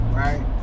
right